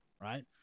right